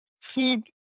Food